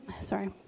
sorry